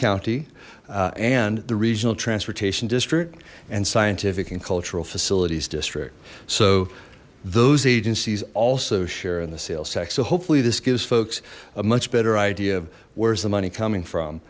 county and the regional transportation district and scientific and cultural facilities district so those agencies also share in the sales tax so hopefully this gives folks a much better idea of where's the money coming from